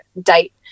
date